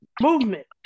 Movement